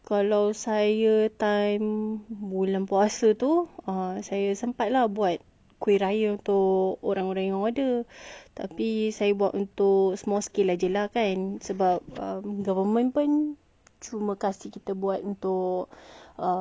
bulan puasa tu saya sempat lah buat kuih raya untuk orang yang order tapi saya buat untuk small scale jer lah kan sebab government pun cuma kasih kita buat untuk family friends only